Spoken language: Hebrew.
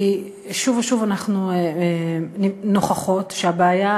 כי שוב ושוב אנחנו נוכחות שהבעיה,